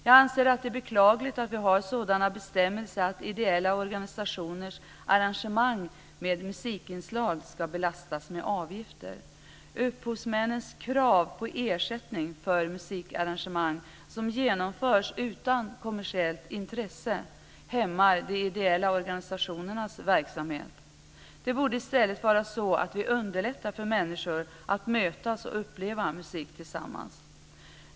Jag anser att det är beklagligt att vi har sådana bestämmelser att ideella organisationers arrangemang med musikinslag ska belastas med avgifter. Upphovsmännens krav på ersättning för musikarrangemang som genomförs utan kommersiellt intresse hämmar de ideella organisationernas verksamhet. Det borde i stället vara så att vi underlättar för människor att mötas och uppleva musik tillsammans.